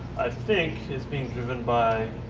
think, is being driven by